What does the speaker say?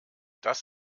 das